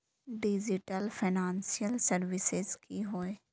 Digital financial services की होय?